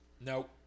Nope